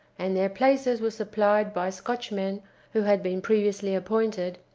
and their places were supplied by scotchmen who had been previously appointed,